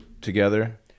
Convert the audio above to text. together